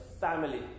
family